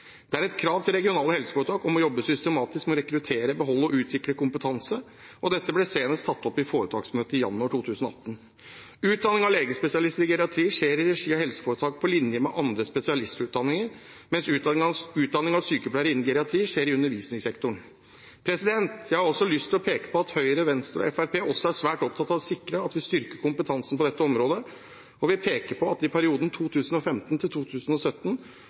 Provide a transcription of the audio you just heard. Det er et krav til regionale helseforetak om å jobbe systematisk med å rekruttere, beholde og utvikle kompetanse. Dette ble senest tatt opp i foretaksmøtet i januar 2018. Utdanning av legespesialister i geriatri skjer i regi av helseforetakene, på linje med andre spesialistutdanninger, mens utdanning av sykepleiere innen geriatri skjer i undervisningssektoren. Jeg har også lyst til å peke på at Høyre, Venstre og Fremskrittspartiet er svært opptatt av å sikre at vi styrker kompetansen på dette området, og vil peke på at det i perioden 2015–2017 ble utdannet 136 geriatriske sykepleiere, til